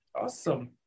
Awesome